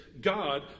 God